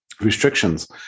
restrictions